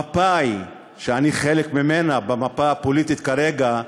מפא"י, שאני חלק ממנה במפה הפוליטית כרגע,